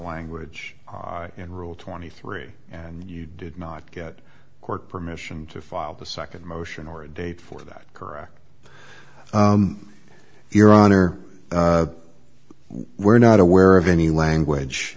language in rule twenty three and you did not get court permission to file the second motion or a date for that correct your honor we were not aware of any language